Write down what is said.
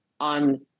on